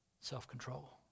self-control